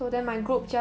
orh